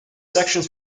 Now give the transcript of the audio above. sections